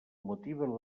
motiven